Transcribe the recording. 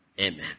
Amen